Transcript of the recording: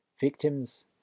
Victims